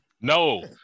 No